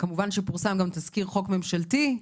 וכמובן שפורסם גם תזכיר חוק ממשלתי,